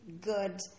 good